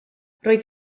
roedd